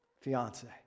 fiance